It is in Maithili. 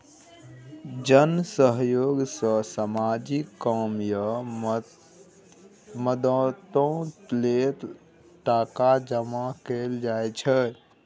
जन सहयोग सँ सामाजिक काम या मदतो लेल टका जमा कएल जाइ छै